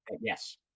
Yes